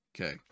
okay